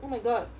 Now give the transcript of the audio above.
oh my god